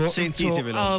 sentitevelo